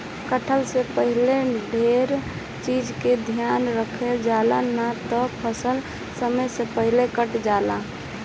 कटला से पहिले ढेर चीज के ध्यान रखल जाला, ना त फसल समय से पहिले कटा जाला